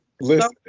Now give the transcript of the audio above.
listen